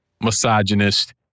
misogynist